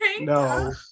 no